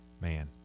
man